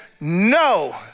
No